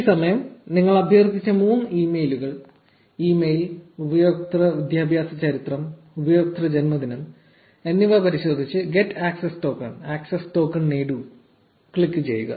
ഈ സമയം നിങ്ങൾ അഭ്യർത്ഥിച്ച 3 ഇമെയിലുകൾ ഇമെയിൽ ഉപയോക്തൃ വിദ്യാഭ്യാസ ചരിത്രം ഉപയോക്തൃ ജന്മദിനം എന്നിവ പരിശോധിച്ച് 'get access token access token നേടു ക്ലിക്കുചെയ്യുക